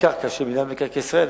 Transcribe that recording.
בקרקע של מינהל מקרקעי ישראל,